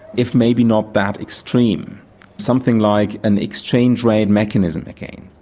if maybe not that extreme something like an exchange rate mechanism again.